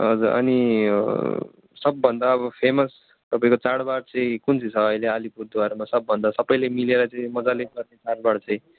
हजुर अनि सबभन्दा अब फेमस तपाईँको चाडबाड चाहिँ कुन चाहिँ छ अहिले अलिपुरद्वारमा सबभन्दा सबैले मिलेर चाहिँ मजाले गर्ने चाडबाड चाहिँ